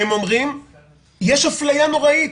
והם אומרים יש אפליה נוראית,